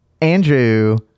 andrew